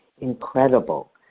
Incredible